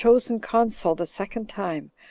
chosen consul the second time,